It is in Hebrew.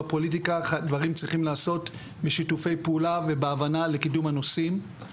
בפוליטיקה דברים צריכים להיעשות בשיתופי פעולה ובהבנה לקידום הנושאים.